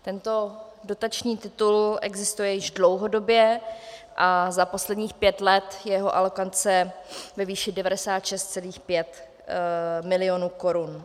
Tento dotační titul existuje již dlouhodobě a za posledních pět let jeho alokace ve výši 96,5 milionu korun.